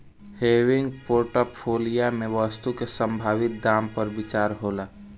हेविंग portfolio में वस्तु के संभावित दाम पर विचार होला